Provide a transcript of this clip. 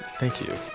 thank you.